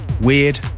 weird